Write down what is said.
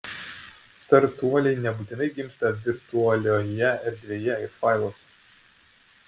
startuoliai nebūtinai gimsta virtualioje erdvėje ir failuose